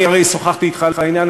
אני הרי שוחחתי אתך על העניין,